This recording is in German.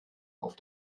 auf